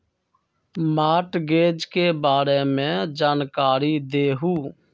Mortgage के बारे में जानकारी देहु?